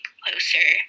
closer